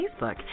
Facebook